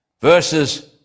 verses